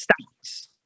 Stocks